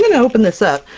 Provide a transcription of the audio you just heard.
going to open this up!